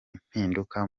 impinduka